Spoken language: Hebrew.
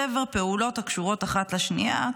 צבר פעולות הקשורות אחת לשנייה".